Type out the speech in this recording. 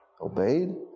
obeyed